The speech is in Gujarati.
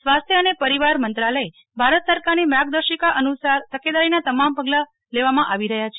સ્વાસ્થ અને પરિવાર મંત્રાલય ભારત સરકારની માર્ગદર્શિકા અનુસાર તકેદારીના તમામ પગલા લેવામાં આવી રહ્યા છે